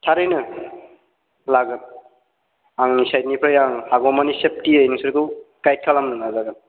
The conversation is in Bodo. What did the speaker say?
थारैनो लागोन आंनि साइडनिफ्राय आं हागौ मानि सेफटियै नोंसोरखौ गाइड खालामनो नाजागोन